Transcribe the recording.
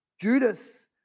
Judas